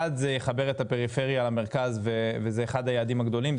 1. זה יחבר את הפריפריה למרכז וזה אחד היעדים הגדולים,